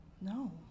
No